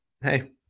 Hey